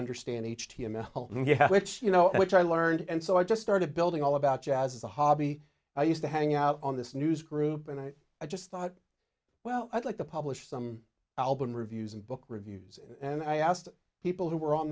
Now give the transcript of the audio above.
understand h t m l which you know which i learned and so i just started building all about jazz as a hobby i used to hang out on this newsgroup and i just thought well i'd like to publish some album reviews and book reviews and i asked people who were